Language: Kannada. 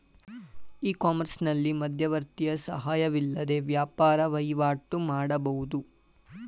ಇ ಕಾಮರ್ಸ್ನಲ್ಲಿ ಮಧ್ಯವರ್ತಿಯ ಸಹಾಯವಿಲ್ಲದೆ ವ್ಯಾಪಾರ ವಹಿವಾಟು ಮಾಡಬಹುದು